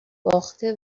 باخته